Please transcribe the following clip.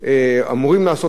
האם הם באמת יקבלו את התמורה,